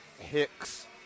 Hicks